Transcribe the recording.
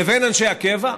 לבין אנשי הקבע,